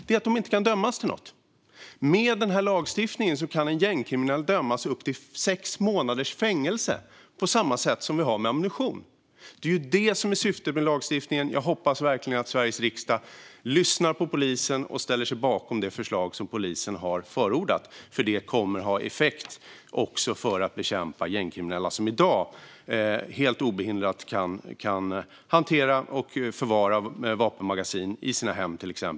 Med den föreslagna lagstiftningen kan en gängkriminell dömas till upp till sex månaders fängelse, på samma sätt som när det gäller ammunition. Det är detta som är syftet med lagstiftningen. Jag hoppas verkligen att Sveriges riksdag lyssnar på polisen och ställer sig bakom det förslag som polisen har förordat, för det kommer att ha effekt när det gäller att bekämpa gängkriminella som i dag helt obehindrat kan hantera och förvara vapenmagasin i exempelvis sina hem.